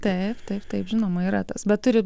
taip taip taip žinoma yra tas bet turi